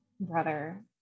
brother